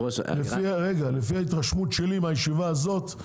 לפי התרשמות שלי מהישיבה הזאת,